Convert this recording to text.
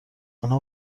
آنها